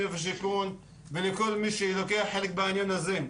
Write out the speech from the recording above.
והשיכון ולכל מי שלוקח חלק בעניין הזה.